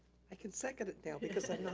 i can second it now because i'm